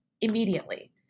immediately